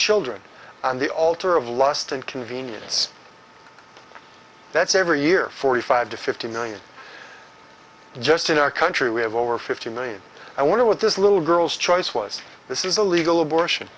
children on the altar of lust and convenience that's every year forty five to fifty million just in our country we have over fifty million i want to what this little girl's choice was this is a legal abortion